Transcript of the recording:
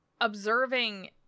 observing